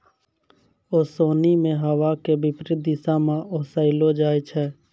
ओसोनि मे हवा के विपरीत दिशा म ओसैलो जाय छै